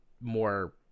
more